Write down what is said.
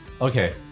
Okay